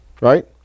right